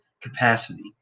capacity